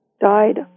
died